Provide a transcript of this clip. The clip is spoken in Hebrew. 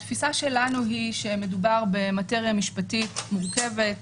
התפיסה שלנו היא שמדובר במטרייה משפטית מורכבת,